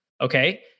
Okay